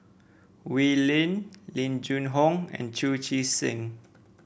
Wee Lin Ling Jun Hong and Chu Chee Seng